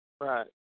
Right